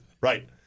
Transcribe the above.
right